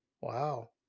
Wow